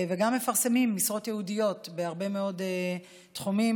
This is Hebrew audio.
וגם מפרסמים משרות ייעודיות בהרבה מאוד תחומים